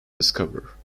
discoverer